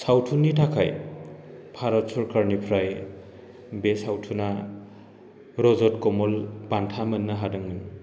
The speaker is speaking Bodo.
सावथुननि थाखाय भारत सरकारनिफ्राय बे सावथुना रजत कमल बान्था मोन्नो हादोंमोन